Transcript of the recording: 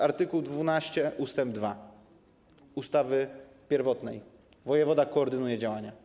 Art. 12 ust. 2 ustawy pierwotnej mówi: Wojewoda koordynuje działania.